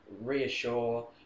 reassure